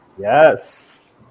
Yes